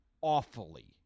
awfully